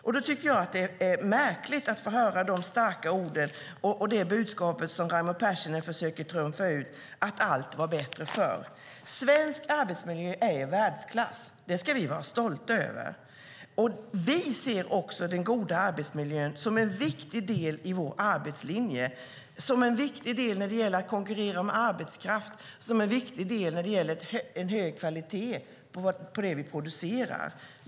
Jag tycker att det är märkligt att få höra de starka ord och det budskap som Raimo Pärssinen försöker trumfa ut - att allt var bättre förr. Svensk arbetsmiljö är i världsklass. Det ska vi vara stolta över. Vi ser den goda arbetsmiljön som en viktig del i vår arbetslinje, som en viktig del när det gäller att konkurrera om arbetskraft och som en viktig del när det gäller en hög kvalitet i det vi producerar.